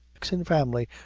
six in family,